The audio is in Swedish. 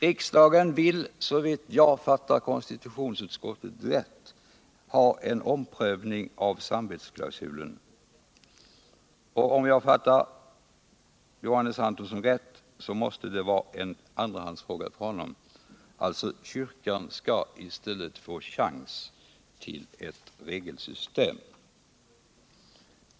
Riksdagen vill, om jag fattar konstitutionsutskottet rätt, ha en omprövning av samvetsklausulen, och om jag fattar Johannes Antonsson rätt måste det vara en andrahandsfråga för honom. Alltså: kyrkan skall i stället få chans till ett regelsystem.